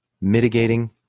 mitigating